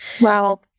Wow